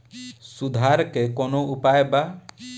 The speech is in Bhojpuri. सुधार के कौनोउपाय वा?